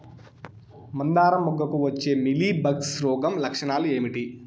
మందారం మొగ్గకు వచ్చే మీలీ బగ్స్ రోగం లక్షణాలు ఏంటి?